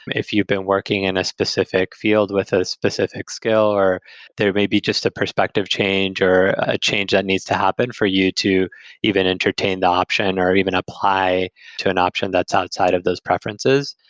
if you've been working in a specific field with a specific skill or there may be just a perspective change or a change that needs to happen for you to even entertain the option or or even apply to an option that's outside of those preferences.